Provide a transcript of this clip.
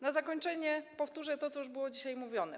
Na zakończenie powtórzę to, co już dzisiaj mówiono.